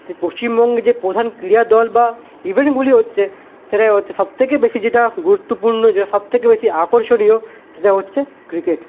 তাই পশ্চিমবঙ্গে যে প্রধান ক্রীড়াদল বা ইভেন্টগুলি হচ্ছে সেটাই হচ্ছে সবথেকে বেশী যেটা গুরুত্বপূর্ণই যেটা সবথেকে বেশী আকর্ষণীয় সেটা হচ্ছে ক্রিকেট